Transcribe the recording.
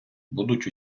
будуть